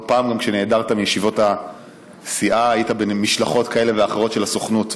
לא פעם כשנעדרת מישיבות הסיעה היית במשלחות כאלה ואחרות של הסוכנות,